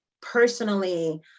Personally